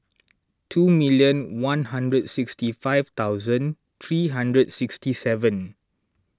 two million one hundred sixty five thousand three hundred sixty seven